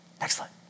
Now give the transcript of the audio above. excellent